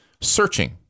Searching